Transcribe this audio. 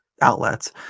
outlets